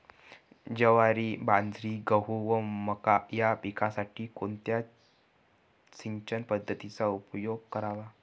ज्वारी, बाजरी, गहू व मका या पिकांसाठी कोणत्या सिंचन पद्धतीचा उपयोग करावा?